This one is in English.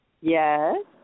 Yes